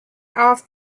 off